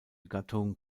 gattung